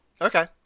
Okay